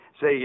Say